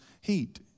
heat